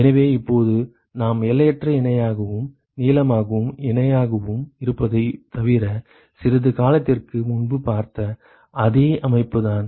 எனவே இப்போது நாம் எல்லையற்ற இணையாகவும் நீளமாகவும் இணையாகவும் இருப்பதைத் தவிர சிறிது காலத்திற்கு முன்பு பார்த்த அதே அமைப்புதான்